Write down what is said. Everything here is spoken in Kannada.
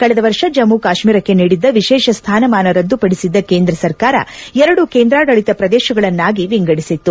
ಕಳೆದ ವರ್ಷ ಜಮ್ಮ ಕಾಶ್ಮೀರಕ್ಕೆ ನೀಡಿದ್ದ ವಿಶೇಷ ಸ್ಥಾನಮಾನ ರದ್ದುಪಡಿಸಿದ್ದ ಕೇಂದ್ರ ಸರಕಾರ ಎರಡು ಕೇಂದ್ರಾಡಳಿತ ಪ್ರದೇಶಗಳನ್ನಾಗಿ ವಿಂಗಡಿಸಿತ್ತು